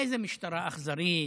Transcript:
איזה, משטרה אכזרית,